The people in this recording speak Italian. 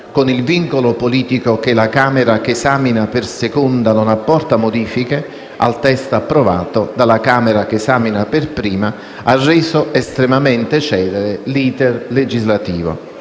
con il vincolo politico che la Camera che esamina per seconda non apporta modifiche al testo approvato dalla Camera che esamina per prima, ha reso estremamente celere l'*iter* legislativo.